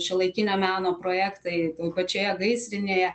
šiuolaikinio meno projektai pačioje gaisrinėje